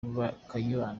kayibanda